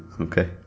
Okay